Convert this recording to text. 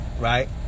right